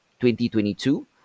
2022